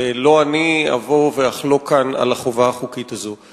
ולא אני אבוא ואחלוק כאן על החובה החוקית הזאת.